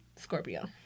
Scorpio